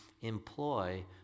employ